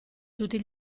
tutti